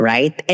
Right